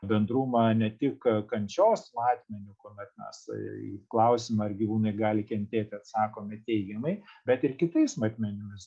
bendrumą ne tik kančios matmeniu kuomet mes į klausimą ar gyvūnai gali kentėti atsakome teigiamai bet ir kitais matmenimis